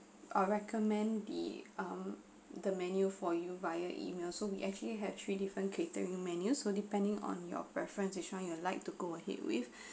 I'll recommend the the menu for you via email so we actually have three different catering menus will depending on your preference which one you would like to go ahead with